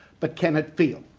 but can it feel?